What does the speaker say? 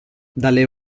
dalle